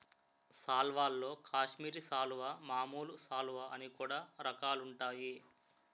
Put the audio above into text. సాల్వల్లో కాశ్మీరి సాలువా, మామూలు సాలువ అని కూడా రకాలుంటాయి